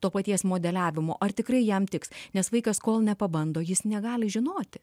to paties modeliavimo ar tikrai jam tiks nes vaikas kol nepabando jis negali žinoti